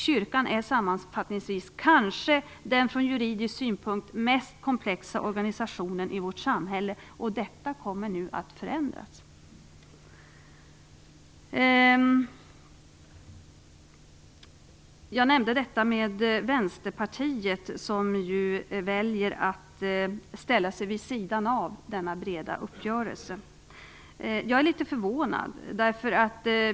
Kyrkan är sammanfattningsvis kanske den från juridisk synpunkt mest komplexa organisationen i vårt samhälle. Detta kommer nu att förändras. Jag nämnde att Vänsterpartiet väljer att ställa sig vid sidan av denna breda uppgörelse. Jag är litet förvånad över detta.